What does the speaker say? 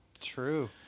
True